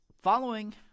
following